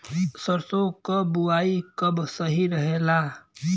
सरसों क बुवाई कब सही रहेला?